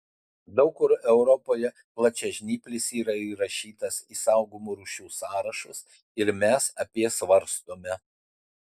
daug kur europoje plačiažnyplis yra įrašytas į saugomų rūšių sąrašus ir mes apie svarstome